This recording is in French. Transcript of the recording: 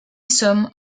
sommes